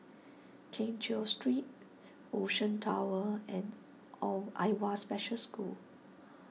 Keng Cheow Street Ocean Towers and Oh Awwa Special School